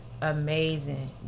amazing